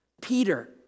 Peter